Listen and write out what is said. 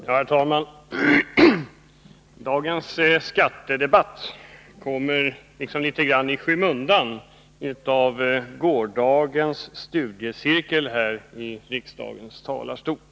Herr talman! Dagens skattedebatt kommer litet i skymundan av gårdagens studiecirkel i riksdagens talarstol.